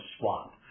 SWAP